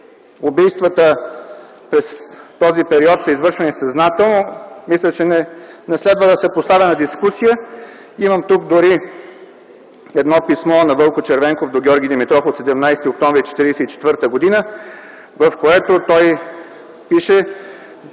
убийствата през този период са извършвани съзнателно, мисля, че не следва да се поставя на дискусия. Дори тук имам едно писмо на Вълко Червенков до Георги Димитров от 17 октомври 1944 г., в което той пише